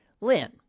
Lynn